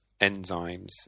enzymes